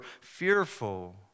fearful